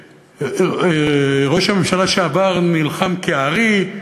ראש הממשלה לשעבר נלחם כארי,